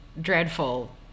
dreadful